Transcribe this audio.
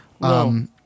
No